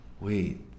Wait